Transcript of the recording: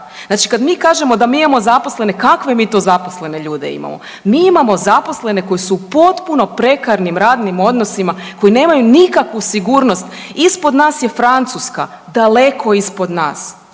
Znači kad mi kažemo da mi imamo zaposlene, kakve mi to zaposlene ljude imamo? Mi imamo zaposlene koji su potpuno prekarnim radnim odnosima koji nemaju nikakvu sigurnost. Ispod nas je Francuska daleko ispod nas,